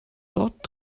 dort